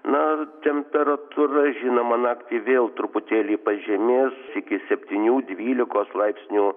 na temperatūra žinoma naktį vėl truputėlį pažemės iki septynių dvylikos laipsnių